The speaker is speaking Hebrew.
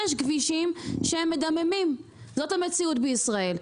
יש כבישים שהם מדממים, זאת המציאות בישראל.